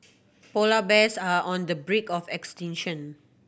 polar bears are on the brink of extinction